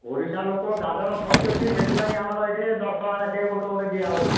ଓଡ଼ିଶା ଲୋକ ଦାଦନ ଖଟୁଛନ୍ତି ସେଥିପାଇଁ ଆମର ଏଇଠି ଦଶ ଟଙ୍କା ଲାଖେଁ ଗୋଟେ ଗୋଟେ ଦିଆହେଉଛି